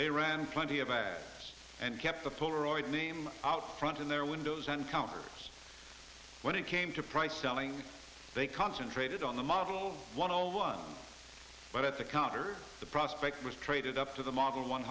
they ran plenty of ads and kept the polaroid name out front in their windows and counters when it came to price selling they concentrated on the model one hundred one but at the counter the prospect was traded up to the model one